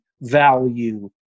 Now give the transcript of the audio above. value